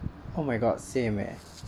oh my god same eh